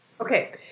Okay